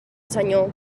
senyor